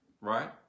right